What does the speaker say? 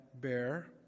bear